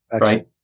Right